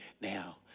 now